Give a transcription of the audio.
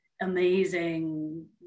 amazing